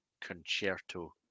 concerto